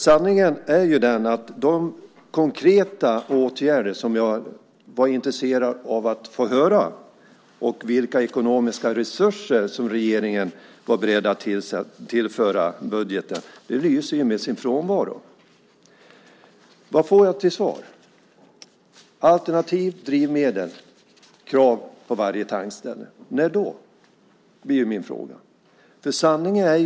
Sanningen är att de konkreta åtgärder som jag var intresserad av att få höra om och beskedet om vilka ekonomiska resurser som regeringen är beredd att tillföra budgeten lyser med sin frånvaro. Vad får jag till svar? Ministern talar om krav på att varje tankställe ska tillhandahålla ett alternativt drivmedel. När då? blir min fråga.